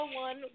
one